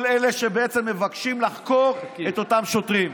כל אלה שמבקשים לחקור את אותם שוטרים.